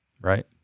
right